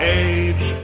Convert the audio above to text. age